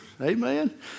Amen